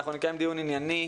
אנחנו נקיים דיון ענייני,